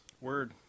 Word